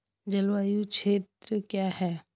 जलवायु क्षेत्र क्या है?